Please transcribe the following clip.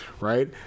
right